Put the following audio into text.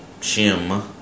shim